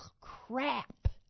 crap